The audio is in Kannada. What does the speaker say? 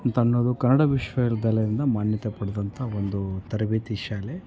ಅಂತ ಅನ್ನೋದು ಕನ್ನಡ ವಿಶ್ವವಿದ್ಯಾಲಯದಿಂದ ಮಾನ್ಯತೆ ಪಡೆದಂಥ ಒಂದು ತರಬೇತಿ ಶಾಲೆ